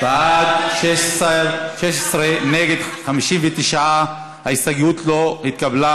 ושל קבוצת הרשימה המשותפת: חברי הכנסת איימן עודה,